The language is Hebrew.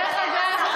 דרך אגב,